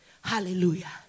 Hallelujah